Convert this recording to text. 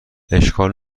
اشکال